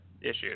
issues